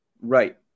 Right